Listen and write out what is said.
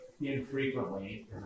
infrequently